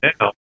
now